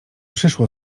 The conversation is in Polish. przyszło